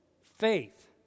Faith